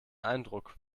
eindruck